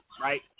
right